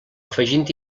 afegint